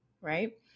Right